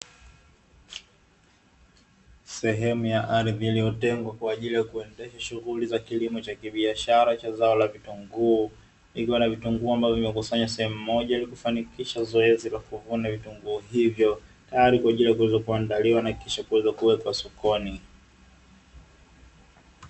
Sehemu ya ardhi iliyotengwa kwa ajili ya kuandesha shughuli za kilimo cha kibiashara zao la kitunguu, vipo na vitunguu ambavyo vimekusanywa sehemu moja ili kufanikisha zoezi la uvunaji wa vitunguu, hivyo tayari kwa ajili kuweza kuandaliwa na kisha kuweza kuwekwa sokoni.